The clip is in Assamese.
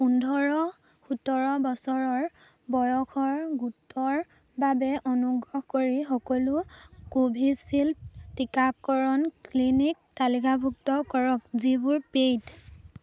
পোন্ধৰ সোতৰ বছৰৰ বয়সৰ গোটৰ বাবে অনুগ্ৰহ কৰি সকলো কোভিচিল্ড টিকাকৰণ ক্লিনিক তালিকাভুক্ত কৰক যিবোৰ পেইড